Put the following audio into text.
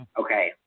Okay